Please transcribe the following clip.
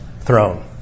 throne